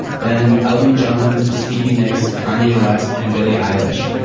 then elton john, stevie nicks, kanye west and billie eilish.